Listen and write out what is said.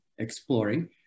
exploring